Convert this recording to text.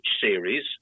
series